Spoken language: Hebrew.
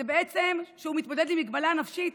בעצם, זה שהוא מתמודד עם מגבלה נפשית